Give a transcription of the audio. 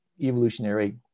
evolutionary